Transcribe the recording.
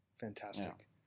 fantastic